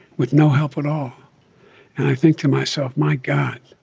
with no help at all. and i think to myself, my god,